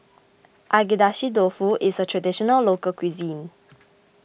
Agedashi Dofu is a Traditional Local Cuisine